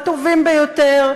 הטובים ביותר,